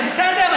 בסדר.